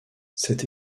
cette